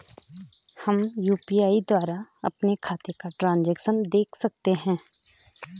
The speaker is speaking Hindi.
हम यु.पी.आई द्वारा अपने खातों का ट्रैन्ज़ैक्शन देख सकते हैं?